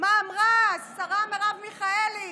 מה אמרה השרה מרב מיכאלי,